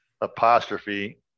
apostrophe